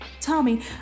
Tommy